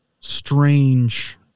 strange